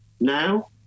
now